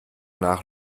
nach